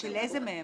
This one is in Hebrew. של איזה מהם?